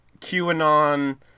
QAnon